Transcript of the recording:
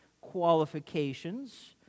qualifications